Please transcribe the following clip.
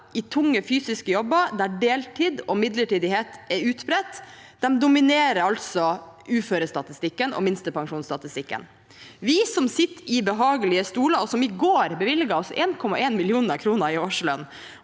i tunge fysiske jobber, der deltid og midlertidighet er utbredt, dominerer altså uførestatistikken og minstepensjonsstatistikken. Vi som sitter i behagelige stoler, og som i går bevilget oss 1,1 mill. kr i årslønn,